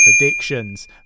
predictions